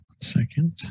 Second